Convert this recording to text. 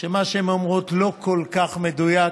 שמה שהן אומרות לא כל כך מדויק,